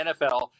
NFL